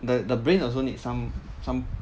the the brain also needs some some